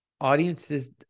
audiences